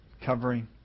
Covering